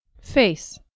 Face